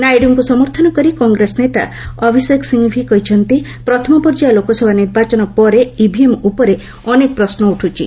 ନାଇଡୁଙ୍କୁ ସମର୍ଥନ କରି କଂଗ୍ରେସ ନେତା ଅଭିଷେକ ସିଂଭି କହିଛନ୍ତି ପ୍ରଥମ ପର୍ଯ୍ୟାୟ ଲୋକସଭା ନିର୍ବାଚନ ପରେ ଇଭିଏମ୍ ଉପରେ ଅନେକ ପ୍ରଶ୍ନ ଉଠ୍ଥି